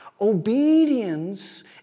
Obedience